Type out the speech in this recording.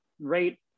rate